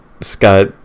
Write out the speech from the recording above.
Scott